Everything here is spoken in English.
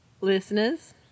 Listeners